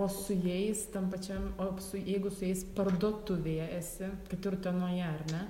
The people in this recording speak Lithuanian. o su jais tam pačiam op su jeigu su jais parduotuvėje esi kad ir utenoje ar ne